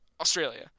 Australia